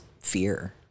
fear